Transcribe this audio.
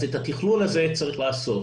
אז את התכלול הזה צריך לעשות,